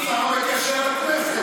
הוא גם השר המקשר לכנסת.